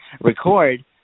record